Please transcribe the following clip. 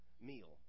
meal